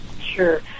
Sure